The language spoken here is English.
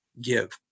give